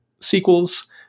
sequels